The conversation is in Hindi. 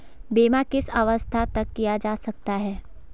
बीमा किस अवस्था तक किया जा सकता है?